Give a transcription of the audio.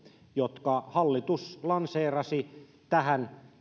jotka hallitus lanseerasi tähän